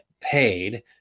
paid